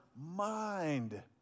mind